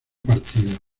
partido